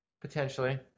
Potentially